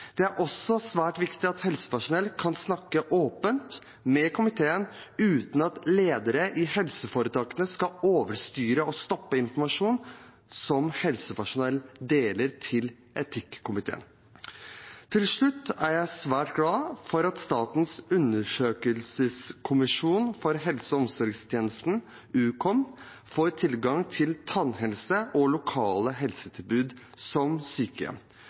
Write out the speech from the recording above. Det er også svært viktig at helsepersonell kan snakke åpent med komiteen uten at ledere i helseforetakene skal overstyre og stoppe informasjon som helsepersonell deler med etikkomiteen. Til slutt er jeg svært glad for at Statens undersøkelseskommisjon for helse- og omsorgstjenesten, Ukom, får tilgang til tannhelsetilbud og lokale helsetilbud, som sykehjem,